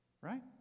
Right